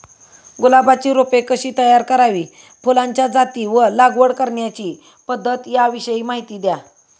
गुलाबाची रोपे कशी तयार करावी? फुलाच्या जाती व लागवड करण्याची पद्धत याविषयी माहिती द्या